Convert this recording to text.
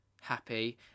happy